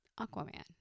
aquaman